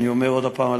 אני אומר עוד פעם,